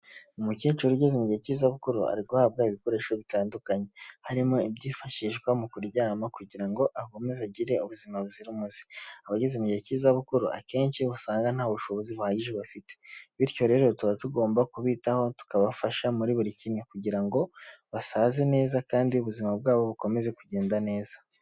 Umukecuru ugeze mu gihe cy'ibukuru, ari guhabwa ibikoresho bitandukanye, harimo ibyifashishwa mu kuryama kugira ngo akomeze agire ubuzima buzira umuze; abageze igihe gihe cy'izabukuru akenshi usanga nta bushobozi buhagije bafite bityo rero tuba tugomba kubitaho tukabafasha muri buri kimwe kugira ngo basaze neza kandi ubuzima bwabo bukomeze kugenda neza.